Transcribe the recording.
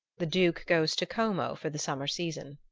the duke, goes to como for the summer season.